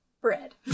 bread